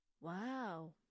Wow